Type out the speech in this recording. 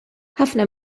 ħafna